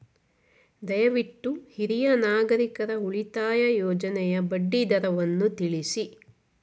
ದಯವಿಟ್ಟು ಹಿರಿಯ ನಾಗರಿಕರ ಉಳಿತಾಯ ಯೋಜನೆಯ ಬಡ್ಡಿ ದರವನ್ನು ತಿಳಿಸಿ